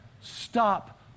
stop